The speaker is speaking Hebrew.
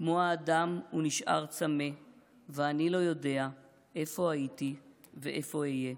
כמו האדם הוא נשאר צמא / ואני לא יודע איפה הייתי ואיפה אהיה.